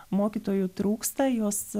mokytojų trūksta jos